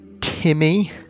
Timmy